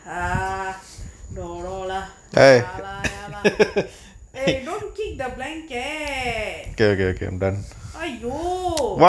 ah no no lah ya lah ya lah eh don't keek the blanket !aiyo!